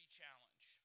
challenge